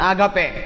Agape